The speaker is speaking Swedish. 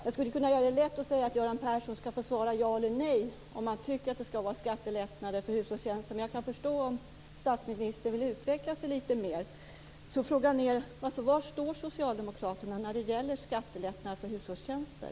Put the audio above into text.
Jag skulle kunna göra det lätt och säga att Göran Persson kan få svara ja eller nej, om han tycker att det skall vara skattelättnader för hushållstjänster, men jag kan förstå om statsministern vill utveckla sig lite mer. Frågan är alltså: Var står socialdemokraterna när det gäller skattelättnader för hushållstjänster?